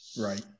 Right